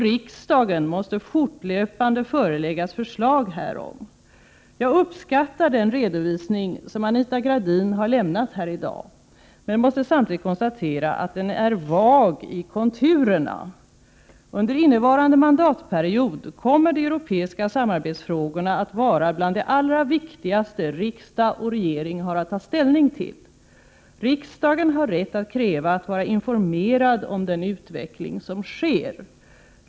Riksdagen måste fortlöpande föreläggas förslag härom. Jag uppskattar den redovisning som Anita Gradin har lämnat här i dag men måste samtidigt konstatera att den är vag i konturerna. Under innevarande mandatperiod kommer de europeiska samarbetsfrågorna att vara bland de allra viktigaste som riksdag och regering har att ta ställning till. Riksdagen har rätt att kräva att vara informerad om den utveckling som sker.